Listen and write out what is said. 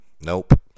Nope